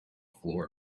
floor